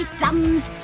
thumbs